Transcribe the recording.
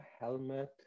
helmet